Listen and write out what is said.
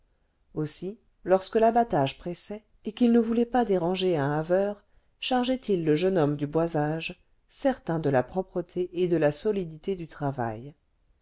aussi lorsque l'abattage pressait et qu'il ne voulait pas déranger un haveur chargeait il le jeune homme du boisage certain de la propreté et de la solidité du travail